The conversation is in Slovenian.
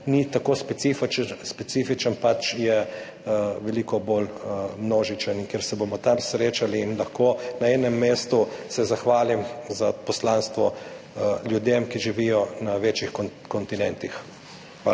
ni tako specifičen, ampak bo množičen in se bomo tam srečali in se bom lahko na enem mestu zahvalil za poslanstvo ljudem, ki živijo na več kontinentih. Hvala.